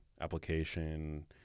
application